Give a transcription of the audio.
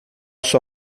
sua